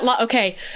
Okay